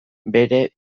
bere